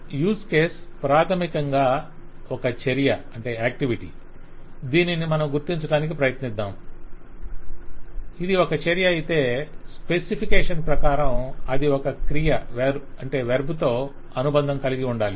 use case ప్రాథమికంగా ఒక చర్య దీనిని మనము గుర్తించడానికి ప్రయత్నిద్దాం ఇది ఒక చర్య అయితే స్పెసిఫికేషన్ ప్రకారం అది ఒక క్రియతో అనుబంధం కలిగి ఉండాలి